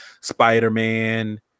spider-man